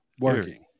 working